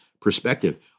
perspective